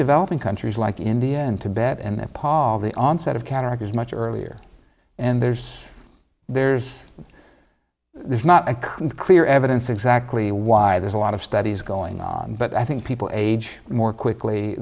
developing countries like india and tibet and that paul the onset of cataract is much earlier and there's there's there's not a clear evidence exactly why there's a lot of studies going on but i think people age more quickly